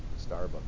Starbucks